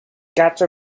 quatre